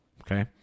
okay